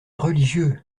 religieux